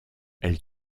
elle